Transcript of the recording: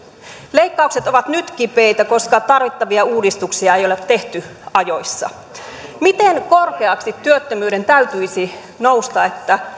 leikkaukset ovat nyt kipeitä koska tarvittavia uudistuksia ei ole tehty ajoissa miten korkeaksi työttömyyden täytyisi nousta että